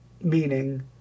meaning